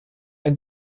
ein